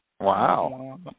Wow